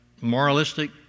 moralistic